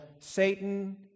Satan